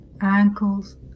ankles